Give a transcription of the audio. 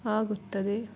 ಆಗುತ್ತದೆ